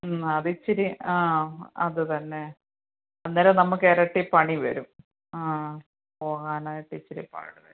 അതിച്ചിരി ആ അതുതന്നെ അന്നേരം നമുക്ക് ഇരട്ടി പണി വരും ആ പോകാനായിട്ടിച്ചിരി പാട് വരും